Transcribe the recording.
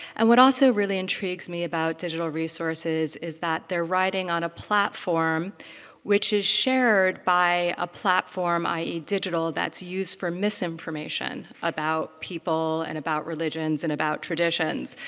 and what also really intrigues me about digital resources is that they're riding on a platform which is shared by a platform, i e. digital that's used for misinformation about people and about religions and about traditions.